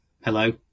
hello